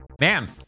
Man